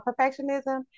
perfectionism